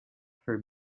her